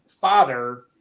father